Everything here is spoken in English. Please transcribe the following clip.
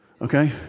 Okay